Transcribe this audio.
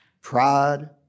pride